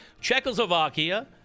Czechoslovakia